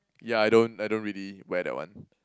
yeah I don't I don't really wear that one